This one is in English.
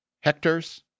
Hectares